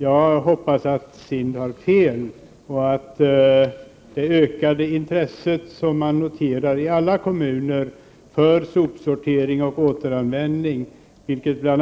Jag hoppas att man har fel och att det ökade intresset som kan noteras i alla kommuner för sopsortering och återanvändning — vilket bl.a.